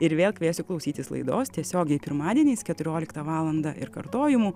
ir vėl kviesiu klausytis laidos tiesiogiai pirmadieniais keturioliktą valandą ir kartojimų